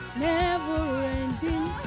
never-ending